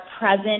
present